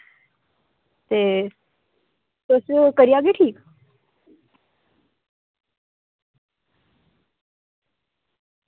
ते तुस करी आह्गे ठीक